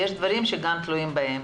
יש דברים שגם תלויים בהם.